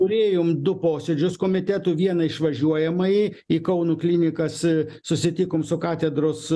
turėjom du posėdžius komiteto vieną išvažiuojamąjį į kauno klinikas susitikom su katedros